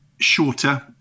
shorter